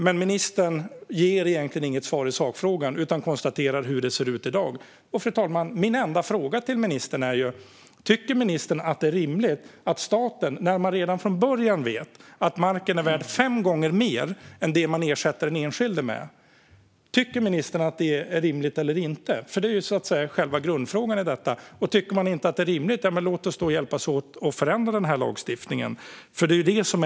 Men ministern ger egentligen inget svar i sakfrågan utan konstaterar hur det ser ut i dag. Fru talman! Min enda fråga till ministern är: Tycker ministern att detta är rimligt från statens sida, när man redan från början vet att marken är värd fem gånger mer än det man ersätter den enskilde med? Det är själva grundfrågan. Om ministern inte tycker att det är rimligt, låt oss då hjälpas åt att förändra lagstiftningen. Det är ju vårt jobb.